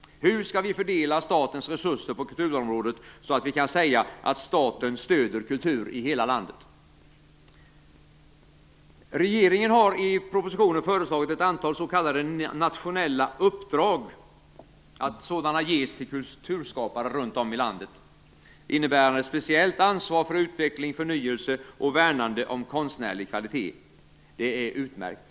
Hur skall vi fördela statens resurser på kulturområdet så att vi kan säga att staten stöder kultur i hela landet? Regeringen föreslår i propositionen att ett antal s.k. nationella uppdrag ges åt kulturskapare runt om i landet innebärande speciellt ansvar för utveckling, förnyelse och värnande om konstnärlig kvalitet. Det är en utmärkt.